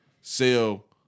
sell